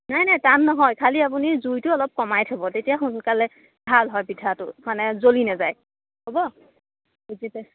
নাই নাই টান নহয় খালী আপুনি জুইটো অলপ কমাই থব তেতিয়া সোনকালে ভাল হয় পিঠাটো মানে জ্বলি নাযায় হ'ব বুজি পাইছে